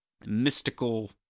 mystical